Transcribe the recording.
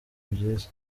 byiza